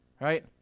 right